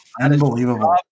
Unbelievable